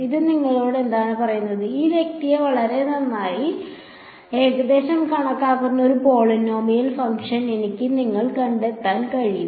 ഇത് നിങ്ങളോട് എന്താണ് പറയുന്നത് ഈ വ്യക്തിയെ വളരെ നന്നായി ഏകദേശം കണക്കാക്കുന്ന ഒരു പോളിനോമിയൽ ഫംഗ്ഷൻ എനിക്ക് നിങ്ങളെ കണ്ടെത്താൻ കഴിയും